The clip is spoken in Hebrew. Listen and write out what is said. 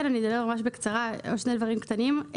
אדבר ממש בקצרה, עוד שני דברים קטנים.